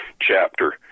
chapter